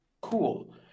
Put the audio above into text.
Cool